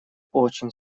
очень